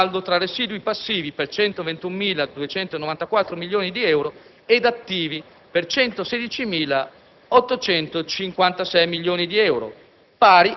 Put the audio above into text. come saldo tra residui passivi, per 121.294 milioni di euro, ed attivi, per 116.856 milioni di euro,